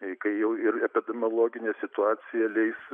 kai jau ir epidemiologinė situacija leis